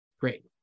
Great